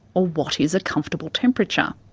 or what is a comfortable temperature.